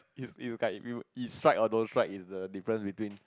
if you if you if strike or don't strike is the difference between